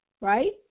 right